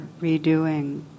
redoing